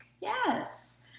Yes